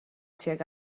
tuag